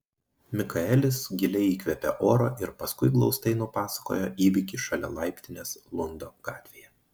mikaelis giliai įkvėpė oro ir paskui glaustai nupasakojo įvykį šalia laiptinės lundo gatvėje